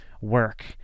work